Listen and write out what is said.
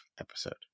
episode